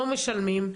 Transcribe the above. לא משלמים,